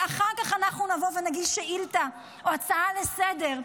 ואחר כך אנחנו נבוא ונגיש שאילתה או הצעה לסדר-היום: